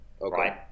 right